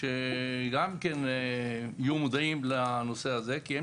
שגם כן יהיו מודעים לנושא הזה כי הם